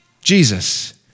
Jesus